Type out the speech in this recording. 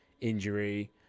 injury